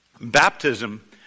baptism